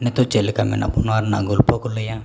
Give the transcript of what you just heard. ᱱᱤᱛᱚᱜ ᱪᱮᱫᱞᱮᱠᱟ ᱢᱮᱱᱟᱜ ᱵᱚᱱᱟ ᱚᱱᱟ ᱨᱮᱱᱟᱜ ᱜᱚᱞᱯᱚ ᱠᱚ ᱞᱟᱹᱭᱟ